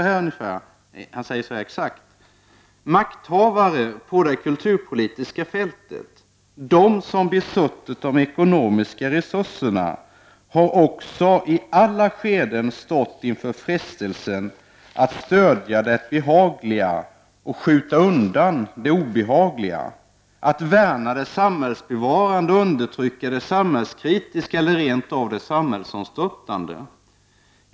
Han sade följande: ”Makthavare på det kulturpolitiska fältet, de som besuttit de ekonomiska resurserna har också i alla skeden stått inför frestelsen att stödja det behagliga och skjuta undan det obehagliga, att värna det samhällsbevarande och undertrycka det samhällskritiska eller rent av det samhällsomstörtande.